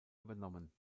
übernommen